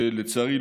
שלצערי,